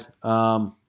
guys